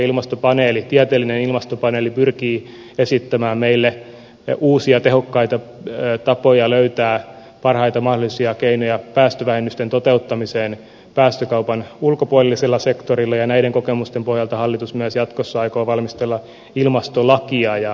ilmastopaneeli tieteellinen ilmastopaneeli pyrkii esittämään meille uusia tehokkaita tapoja löytää parhaita mahdollisia keinoja päästövähennysten toteuttamiseen päästökaupan ulkopuolisilla sektoreilla ja näiden kokemusten pohjalta hallitus myös jatkossa aikoo valmistella ilmastolakia